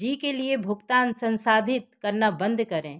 ज़ी के लिए भुगतान संसाधित करना बंद करें